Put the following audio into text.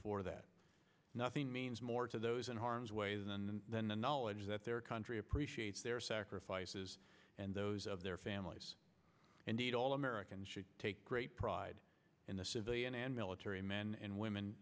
for that nothing means more to those in harm's way than and then the knowledge that their country appreciates their sacrifices and those of their families and all americans should take great pride in the civilian and military men and women